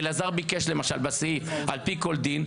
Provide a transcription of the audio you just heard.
אלעזר ביקש למשל שבסעיף 8ד יהיה כתוב "על פי כל דין",